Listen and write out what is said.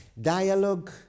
Dialogue